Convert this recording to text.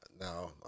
now